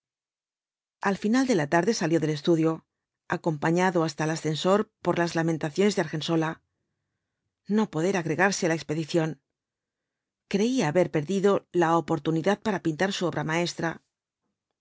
al final de la tarde salió del estudio acompañado hasta el ascensor por las lamentaciones de argensola no poder agregarse á la expedición creía haber perdido la oportunidad para pintar su obra maestra